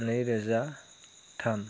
नैरोजा थाम